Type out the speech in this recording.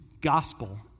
Gospel